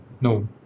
No